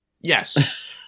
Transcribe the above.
Yes